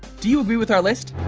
do you agree with our list?